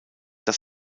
dass